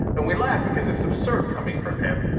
and we laugh, because it's absurd coming from him.